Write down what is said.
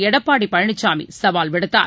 எடப்பாடி பழனிசாமி சவால் விடுத்தார்